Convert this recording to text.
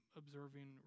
observing